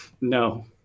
No